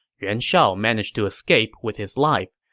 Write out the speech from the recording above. yuan shao managed to escape with his life,